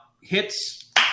hits